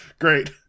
Great